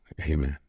Amen